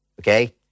okay